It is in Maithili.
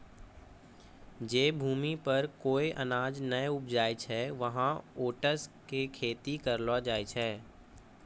जै भूमि पर कोय अनाज नाय उपजै छै वहाँ ओट्स के खेती करलो जाय छै